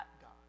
God